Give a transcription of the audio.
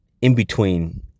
in-between